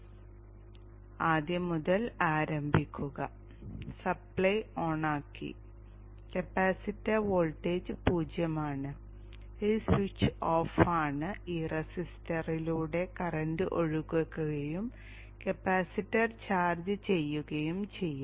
ഇപ്പോൾ ആദ്യം മുതൽ ആരംഭിക്കുക സപ്ലൈ ഓണാക്കി കപ്പാസിറ്റർ വോൾട്ടേജ് 0 ആണ് ഈ സ്വിച്ച് ഓഫ് ആണ് ഈ റെസിസ്റ്ററിലൂടെ കറന്റ് ഒഴുകുകയും കപ്പാസിറ്റർ ചാർജ് ചെയ്യുകയും ചെയ്യുന്നു